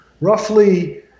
roughly